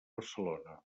barcelona